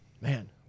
man